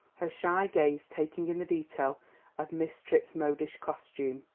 her shy gaze taking in the details of miss tripp's modish costume.